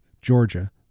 Georgia